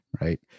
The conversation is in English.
Right